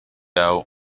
out